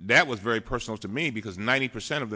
that was very personal to me because ninety percent of